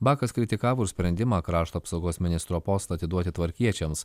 bakas kritikavo ir sprendimą krašto apsaugos ministro postą atiduoti tvarkiečiams